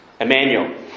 emmanuel